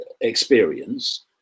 experience